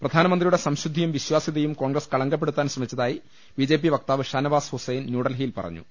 പ്രധാനമ ന്ത്രിയുടെ സംശുദ്ധിയും വിശ്വാസൃതയും കോൺഗ്രസ് കളങ്കപ്പെടുത്താൻ ശ്രമിച്ചതായി ബിജെപി വക്താവ് ഷാനവാസ് ഹുസൈൻ ന്യൂഡൽഹിയിൽ പറഞ്ഞു